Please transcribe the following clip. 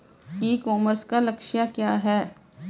ई commerce का लक्ष्य क्या है?